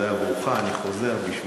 זה עבורך, אני חוזר בשבילך.